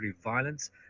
violence